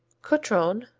cotrone,